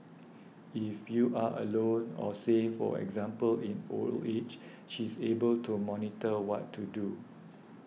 if you are alone or say for example in old age she is able to monitor what to do